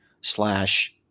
slash